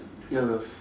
ya same